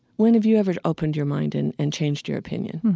when have you ever opened your mind and and changed your opinion?